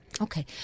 Okay